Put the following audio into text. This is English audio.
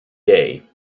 day